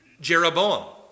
Jeroboam